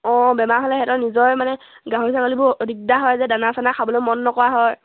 অঁ বেমাৰ হ'লে সিহঁতৰ নিজৰে মানে গাহৰি ছাগলীবোৰ দিকদাৰ হয় যে দানা চানা খাবলৈ মন নকৰা হয়